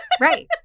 Right